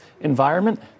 environment